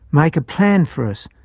make a plan for us.